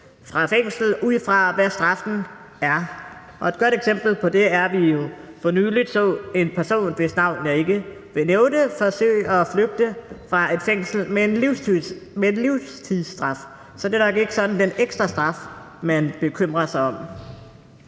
fra fængslet, ud fra hvad straffen er. Og et godt eksempel på det er, at vi jo for nylig så en person med en livstidsstraf, hvis navn jeg ikke vil nævne, forsøge at flygte fra et fængsel. Så det er nok ikke sådan den ekstra straf, man bekymrer sig om.